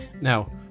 now